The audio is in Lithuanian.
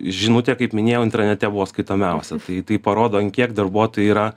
žinutė kaip minėjau intranete buvo skaitomiausia tai tai parodo ant kiek darbuotojai yra